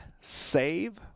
SAVE